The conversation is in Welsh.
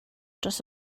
dros